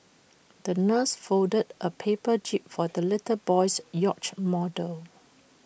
the nurse folded A paper jib for the little boy's yacht model